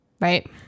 Right